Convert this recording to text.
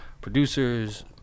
producers